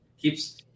Keeps